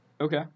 Okay